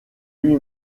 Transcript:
lui